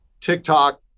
TikTok